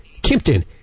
Kimpton